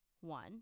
one